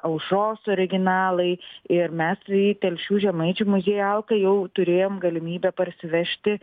aušros originalai ir mes į telšių žemaičių muziejų alką jau turėjom galimybę parsivežti